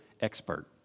expert